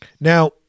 Now